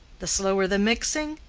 the slower the mixing,